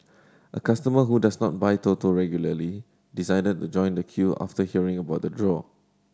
a customer who does not buy Toto regularly decided to join the queue after hearing about the draw